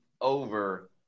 over